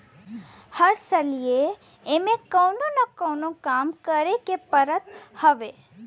हर सलिए एमे कवनो न कवनो काम करे के पड़त हवे